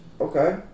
Okay